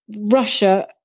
Russia